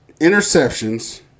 interceptions